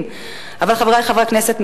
חברי הכנסת,